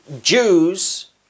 Jews